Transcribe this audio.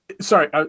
sorry